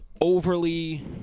overly